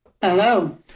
Hello